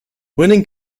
winning